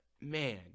man